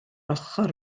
ochr